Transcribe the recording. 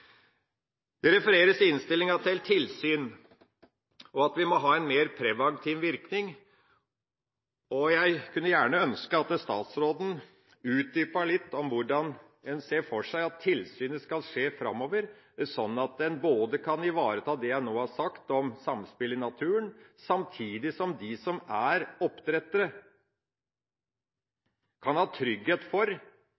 Det refereres i innstillinga til tilsyn, og at det må ha en mer preventiv virkning. Jeg kunne ønske at statsråden utdypet dette litt, hvordan en ser for seg at tilsynet skal skje framover, sånn at en kan ivareta det jeg nå har sagt om samspillet i naturen, samtidig som de som er oppdrettere,